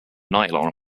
nylon